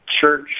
church